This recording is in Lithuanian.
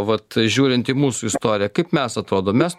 vat žiūrint į mūsų istoriją kaip mes atrodom mes